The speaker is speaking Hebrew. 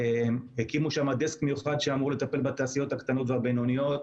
הקימו שם דסק מיוחד שאמור לטפל בתעשיות הקטנות והבינוניות.